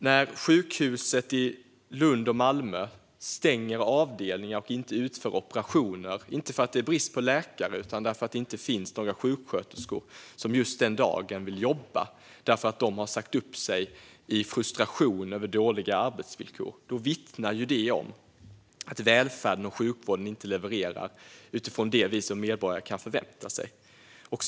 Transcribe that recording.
När sjukhus i Lund och Malmö stänger avdelningar och inte utför operationer, inte för att det är brist på läkare utan för att det inte finns några sjuksköterskor som just den dagen vill jobba och för att de har sagt upp sig i frustration över dåliga arbetsvillkor, vittnar det om att välfärden och sjukvården inte levererar utifrån det vi som medborgare kan förvänta oss.